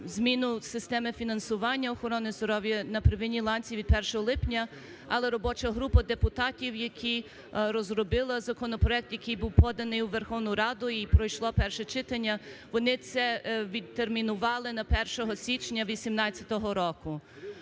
зміну системи фінансування охорони здоров'я на первинній ланці від 1 липня. Але робоча група депутатів, які розробили законопроект, який був поданий у Верховну Раду і пройшло перше читання, вони це відтермінували на 1 січня 2018 року.